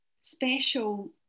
special